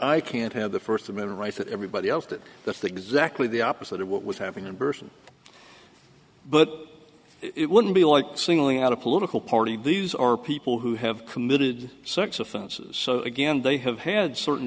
i can't have the first amendment rights that everybody else did that the exactly the opposite of what was having a berson but it wouldn't be like singling out a political party these are people who have committed sex offenses again they have had certain